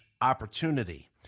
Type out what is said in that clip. opportunity